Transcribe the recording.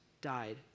died